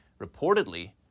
reportedly